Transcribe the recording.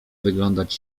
wyglądać